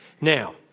Now